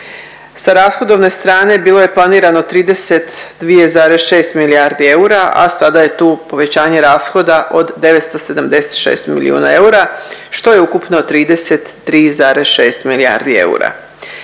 Sa rashodovne strane bilo je planirano 32,6 milijarde eura, a sada je tu povećanje rashoda od 976 milijuna eura što je ukupno 33,6 milijardi eura.